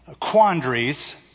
quandaries